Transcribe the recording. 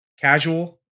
casual